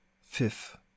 fifth